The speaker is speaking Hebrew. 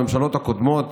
בממשלות הקודמות,